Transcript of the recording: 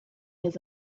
his